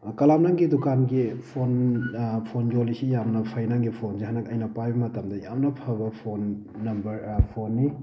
ꯑ ꯀꯂꯥꯝ ꯅꯪꯒꯤ ꯗꯨꯀꯥꯟꯒꯤ ꯐꯣꯟ ꯐꯣꯟ ꯌꯣꯜꯂꯤꯁꯤ ꯌꯥꯝ ꯐꯩ ꯅꯪꯒꯤ ꯐꯣꯟꯁꯤ ꯍꯟꯗꯛ ꯑꯩꯅ ꯄꯥꯏꯕ ꯃꯇꯝꯗ ꯌꯥꯝꯅ ꯐꯕ ꯐꯣꯟ ꯅꯝꯕꯔ ꯐꯣꯟꯅꯤ